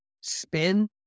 Spin